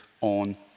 on